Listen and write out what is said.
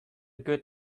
good